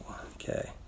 Okay